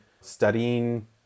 studying